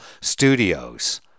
studios